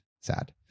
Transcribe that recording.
Sad